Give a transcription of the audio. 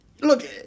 look